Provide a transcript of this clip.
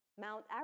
Mount